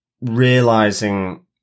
realizing